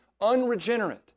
unregenerate